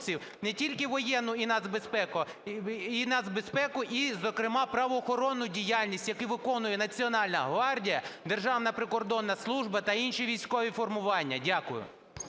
не тільки воєнну і нацбезпеку… і нацбезпеку, і зокрема правоохоронну діяльність, які виконує Національна гвардія, Державна прикордонна служба та інші військові формування. Дякую.